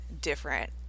different